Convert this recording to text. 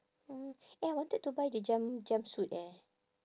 mm eh I wanted to buy the jump~ jumpsuit eh